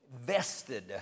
vested